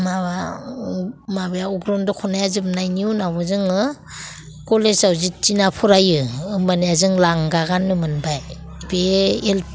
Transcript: माबा माबाया अग्रं दख'नाया जोबनायनि उनाव जोङो कलेजाव जेथिना फरायो होमबानिया जों लांगा गाननो मोनबाय बे